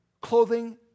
clothing